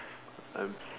I'm